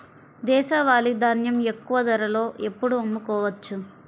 దేశవాలి ధాన్యం ఎక్కువ ధరలో ఎప్పుడు అమ్ముకోవచ్చు?